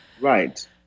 Right